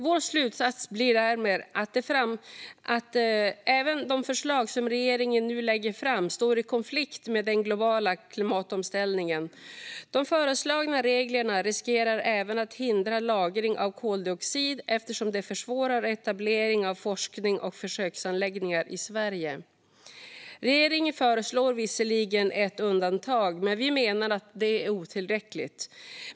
Vår slutsats blir därmed att även de förslag som regeringen nu lägger fram står i konflikt med den globala klimatomställningen. De föreslagna reglerna riskerar även att hindra lagring av koldioxid eftersom de försvårar etableringen av forsknings och försöksanläggningar i Sverige. Regeringen föreslår visserligen ett undantag, men vi menar att det är otillräckligt.